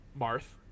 marth